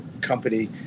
company